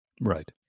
Right